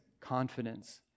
confidence